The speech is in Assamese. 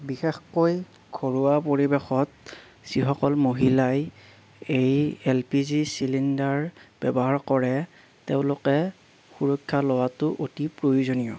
বিশেষকৈ ঘৰুৱা পৰিৱেশত যিসকল মহিলাই এই এল পি জি চিলিণ্ডাৰ ব্যৱহাৰ কৰে তেওঁলোকে সুৰক্ষা লোৱাটো অতি প্ৰয়োজনীয়